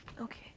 okay